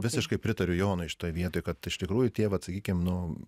visiškai pritariu jonui šitoj vietoj kad iš tikrųjų tie vat sakykim nu